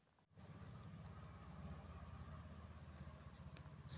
समाजिक सहायता बर करेके उमर चाही?